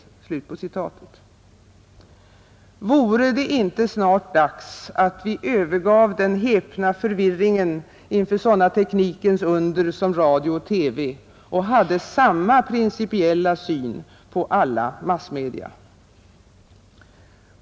Vore det inte snart dags att vi övergav den häpna förvirringen inför sådana teknikens under som radio och TV och hade samma principiella syn på alla massmedia?